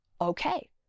Okay